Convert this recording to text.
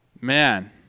Man